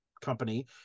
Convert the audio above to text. company